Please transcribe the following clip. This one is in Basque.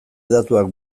datuak